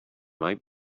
might